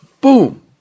boom